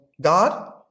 God